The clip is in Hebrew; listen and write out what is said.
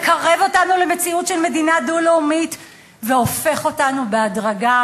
מקרב אותנו למציאות של מדינה דו-לאומית והופך אותנו בהדרגה